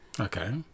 Okay